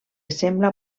sembla